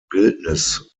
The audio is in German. bildnis